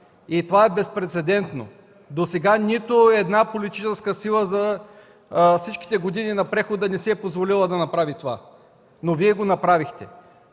Това е безпрецедентното. Досега нито една политическа сила за всичките години на прехода не си е позволила да направи това, но Вие го направихте